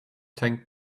tank